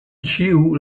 ĉiu